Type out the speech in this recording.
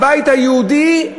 הבית היהודי,